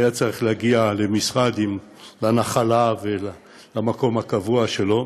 יגיע לנחלה ולמקום הקבוע שלו.